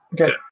Okay